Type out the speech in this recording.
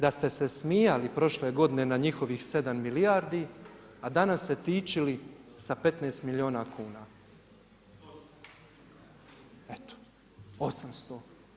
Da ste se smijali prošle godine na njihovih 7 milijardi, a danas se dičili sa 15 milijuna kuna. ... [[Upadica ne razumije se]] Eto, 800.